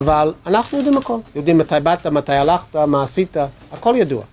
אבל אנחנו יודעים הכל, יודעים מתי באת, מתי הלכת, מה עשית, הכל ידוע.